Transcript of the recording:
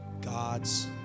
God's